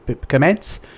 commence